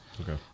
Okay